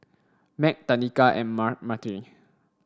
Mack Tenika and Myrtle